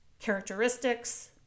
characteristics